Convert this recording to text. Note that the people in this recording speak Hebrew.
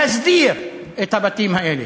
להסדיר את הבתים האלה.